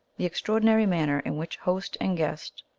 the extraordinary manner in which host and guest,